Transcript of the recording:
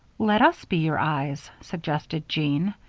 let us be your eyes, suggested jean.